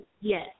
yes